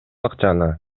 акчаны